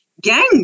gang